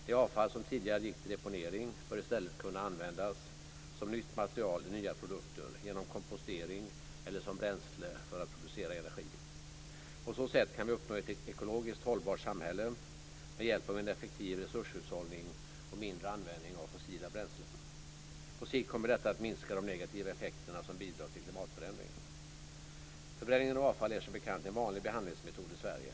Det avfall som tidigare gick till deponering bör i stället kunna användas som nytt material i nya produkter, genom kompostering eller som bränsle för att producera energi. På så sätt kan vi uppnå ett ekologiskt hållbart samhälle med hjälp av en effektiv resurshushållning och mindre användning av fossila ämnen. På sikt kommer detta att minska de negativa effekterna som bidrar till klimatförändringen. Förbränning av avfall är, som bekant, en vanlig behandlingsmetod i Sverige.